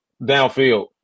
downfield